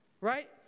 Right